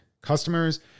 Customers